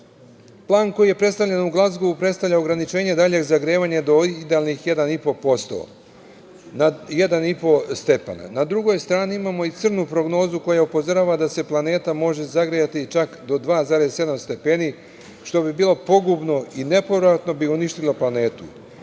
njoj. Plan koji je predstavljen u Glazgovu predstavlja ograničenje daljeg zagrevanja do idealnih 1,5 stepen. Na drugoj strani imamo i crnu prognozu koja upozorava da se planeta može zagrejati čak do 2,7 stepeni, što bi bilo pogubno i nepovratno bi uništilo planetu.